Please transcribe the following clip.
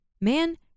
man